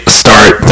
start